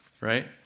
right